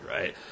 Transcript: right